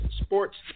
sports